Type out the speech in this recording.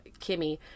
Kimmy